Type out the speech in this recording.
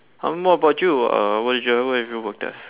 um what about you uh what did you what have you worked as